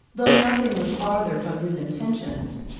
though nothing was farther from his intentions,